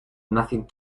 nothing